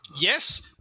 Yes